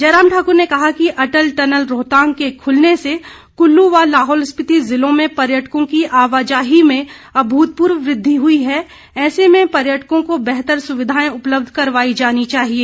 जयराम ठाकुर ने कहा कि अटल टनल रोहतांग के खुलने से कुल्लू व लाहौल स्पीति ज़िलों में पर्यटकों की आवाजाही में अभूतपूर्व वृद्धि हुई है ऐसे में पर्यटकों को बेहतर सुविधाएं उपलब्ध करवाई जानी चाहिए